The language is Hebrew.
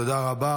תודה רבה.